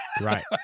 Right